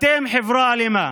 אתם חברה אלימה,